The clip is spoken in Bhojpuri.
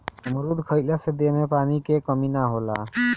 अमरुद खइला से देह में पानी के कमी ना होला